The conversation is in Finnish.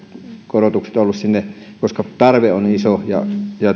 korotukset olleet sinne koska tarve on iso ja